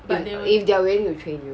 if if they are willing to train you